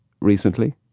recently